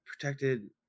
protected